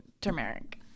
turmeric